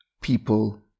people